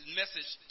message